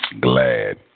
glad